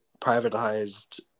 privatized